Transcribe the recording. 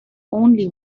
only